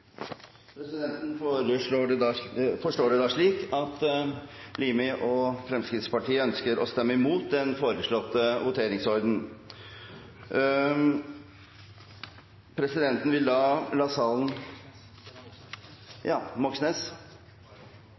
Presidenten forstår det slik at Fremskrittspartiet ønsker å stemme imot den foreslåtte voteringsrekkefølgen og ønsker separat votering over II og forslagene nr. 1 og 2. Presidenten vil la salen